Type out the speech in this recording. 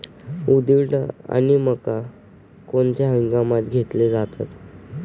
उडीद आणि मका कोणत्या हंगामात घेतले जातात?